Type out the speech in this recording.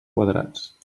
quadrats